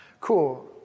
Cool